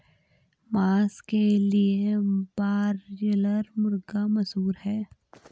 मांस के लिए ब्रायलर मुर्गा मशहूर है